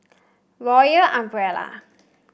Royal Umbrella